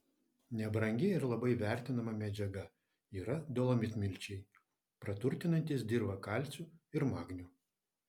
nebrangi ir labai vertinama medžiaga yra dolomitmilčiai praturtinantys dirvą kalciu ir magniu